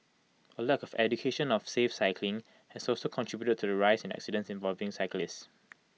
A lack of education on safe cycling has also contributed to the rise in accidents involving cyclists